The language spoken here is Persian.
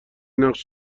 نقش